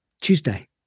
Tuesday